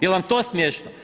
Jel vam to smiješno?